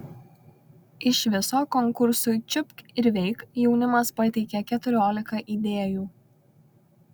iš viso konkursui čiupk ir veik jaunimas pateikė keturiolika idėjų